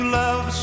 love